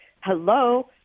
Hello